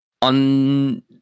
on